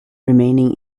remaining